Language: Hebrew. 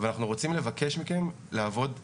אבל אנחנו רוצים לבקש מכם לעבוד יחד.